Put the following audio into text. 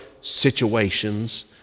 situations